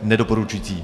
Nedoporučující.